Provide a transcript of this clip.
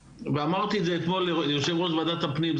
ואמרתי את זה אתמול ליושב-ראש ועדת הפנים,